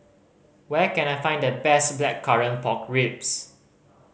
where can I find the best Blackcurrant Pork Ribs